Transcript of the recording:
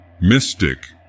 Mystic